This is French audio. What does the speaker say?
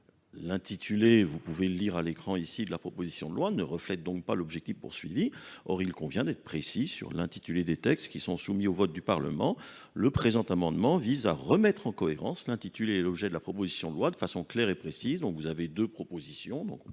L'intitulé, vous pouvez le lire à l'écran ici, de la proposition de loi ne reflète donc pas l'objectif poursuivi, or il convient d'être précis sur l'intitulé des textes qui sont soumis au vote du Parlement. Le présent amendement vise à remettre en cohérence l'intitulé et l'objet de la proposition de loi de façon claire et précise. Donc vous avez deux propositions,